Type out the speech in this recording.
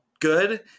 good